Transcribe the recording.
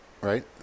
right